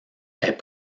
est